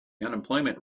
unemployment